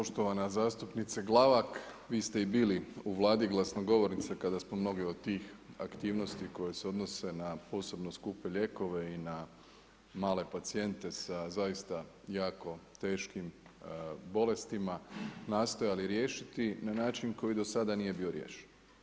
Poštovana zastupnice Glavak, vi ste i bili u Vladi glasnogovornica kada smo mnoge od tih aktivnosti koje se odnose na posebno skupe lijekove i na male pacijente sa zaista jako teškim bolestima nastojali riješiti na način koji do sada nije bio riješen.